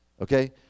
okay